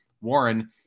Warren